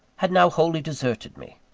had now wholly deserted me.